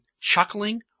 chuckling